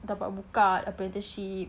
dapat buka apprenticeship